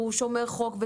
הוא שומר חוק,